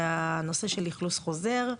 בנושא של אכלוס חוזר,